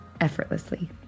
effortlessly